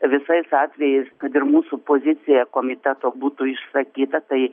visais atvejais kad ir mūsų pozicija komiteto būtų išsakyta tai